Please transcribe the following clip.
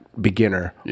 beginner